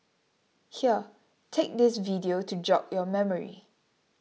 here take this video to jog your memory